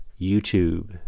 YouTube